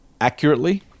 accurately